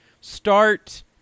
start